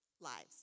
lives